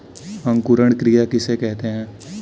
अंकुरण क्रिया किसे कहते हैं?